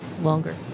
longer